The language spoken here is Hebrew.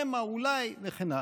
שמא אולי וכן הלאה.